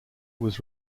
was